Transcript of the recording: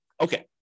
Okay